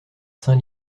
sein